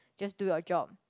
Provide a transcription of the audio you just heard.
just do your job